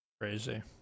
crazy